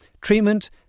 Treatment